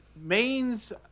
Maine's